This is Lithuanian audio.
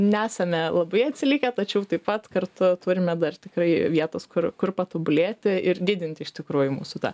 nesame labai atsilikę tačiau taip pat kartu turime dar tikrai vietos kur kur patobulėti ir didinti iš tikrųjų mūsų tą